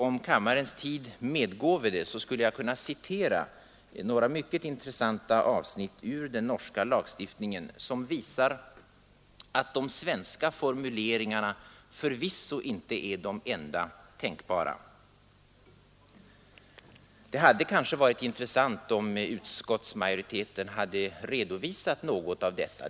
Om kammarens tid medgåve det, skulle jag kunna återge några mycket intressanta avsnitt ur den norska lagen som visar att de svenska formuleringarna förvisso inte är de enda tänkbara. Det hade kanske varit intressant om utskottsmajoriteten hade redovisat något av detta.